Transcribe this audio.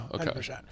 Okay